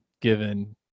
given –